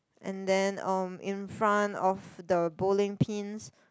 and then um in front of the bowling pins